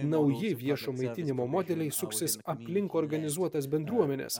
nauji viešo maitinimo modeliai suksis aplink organizuotas bendruomenes